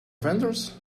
vendors